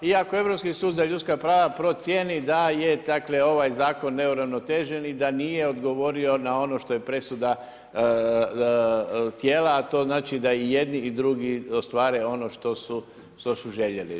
I ako Europski sud za ljudska prava procijeni da je dakle ovaj zakon neuravnotežen i da nije odgovorio na ono što je presuda tijela a to znači da i jedni i drugi ostvare ono što su željeli.